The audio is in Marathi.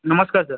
नमस्कार सर